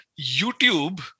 YouTube